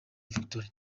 victory